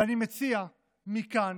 ואני מציע מכאן